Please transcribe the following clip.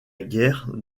guerre